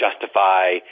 justify